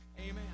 Amen